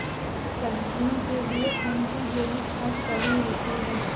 सब्जियों के लिए कौन सी जैविक खाद सही होती है?